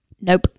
Nope